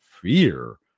fear